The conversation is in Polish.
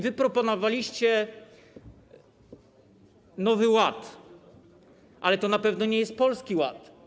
Wy proponowaliście Nowy Ład, ale to na pewno nie jest polski ład.